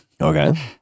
Okay